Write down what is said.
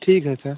ठीक है सर